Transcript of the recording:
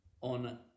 on